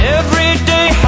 everyday